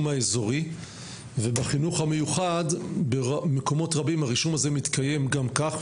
האזורי ובחינוך המיוחד במקומות רבים הרישום זה מתקיים גם כך,